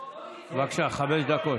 בבקשה, חמש דקות.